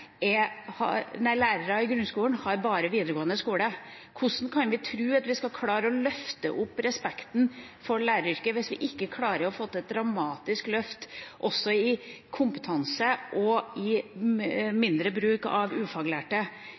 Hvordan kan vi tro at vi skal klare å løfte respekten for læreryrket hvis vi ikke klarer å få til et dramatisk løft i kompetansen og mindre bruk av ufaglærte